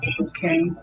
okay